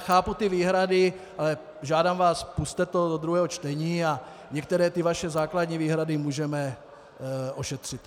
Chápu ty výhrady, ale žádám vás, pusťte to do druhého čtení a některé vaše základní výhrady můžeme ošetřit.